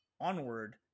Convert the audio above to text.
onward